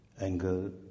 anger